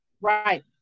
Right